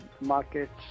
markets